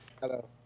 hello